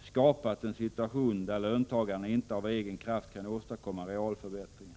skapat en situation där löntagarna inte av egen kraft kan åstadkomma realförbättringar.